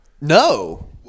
no